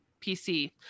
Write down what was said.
PC